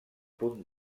punt